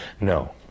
No